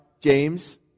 James